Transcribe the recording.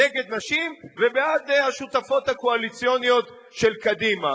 נגד נשים ובעד השותפות הקואליציוניות של קדימה,